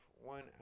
one